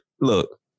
Look